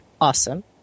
awesome